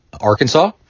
Arkansas